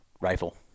rifle